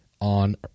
on